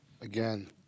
Again